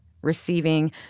receiving